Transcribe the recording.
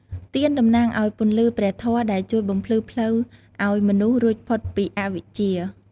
ទៀន តំណាងឱ្យ ពន្លឺព្រះធម៌ ដែលជួយបំភ្លឺផ្លូវឱ្យមនុស្សរួចផុតពីអវិជ្ជា។